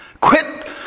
Quit